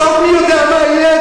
בסוף מי יודע מה יהיה?